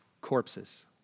corpses